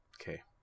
Okay